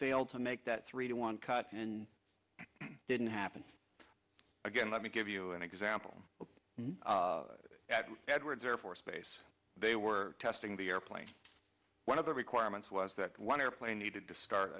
failed to make that three to one cut and didn't happen again let me give you an example at edwards air force base they were testing the airplanes one of the requirements was that one airplane needed to start